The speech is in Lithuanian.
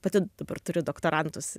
pati dabar turiu doktorantus